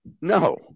No